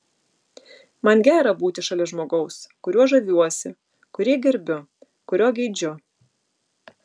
man gera būti šalia žmogaus kuriuo žaviuosi kurį gerbiu kurio geidžiu